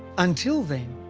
until then,